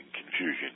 confusion